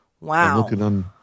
Wow